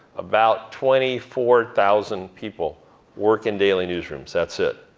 about twenty four thousand people work in daily newsrooms, that's it.